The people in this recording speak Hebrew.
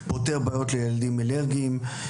פותר בעיות לילדים אלרגיים.